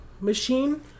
machine